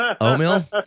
Oatmeal